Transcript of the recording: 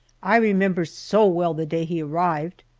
i remember so well the day he arrived.